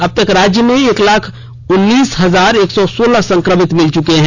अबतक राज्य में एक लाख उन्नीस हजार एक सौ सोलह संक्रमित मिल चुके हैं